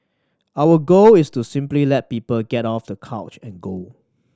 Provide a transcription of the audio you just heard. our goal is to simply let people get off the couch and go